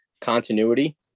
continuity